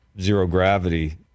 zero-gravity